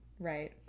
Right